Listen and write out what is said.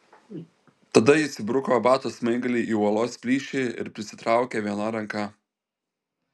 tada jis įbruko bato smaigalį į uolos plyšį ir prisitraukė viena ranka